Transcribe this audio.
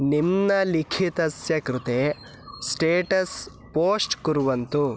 निम्नलिखितस्य कृते status post कुर्वन्तु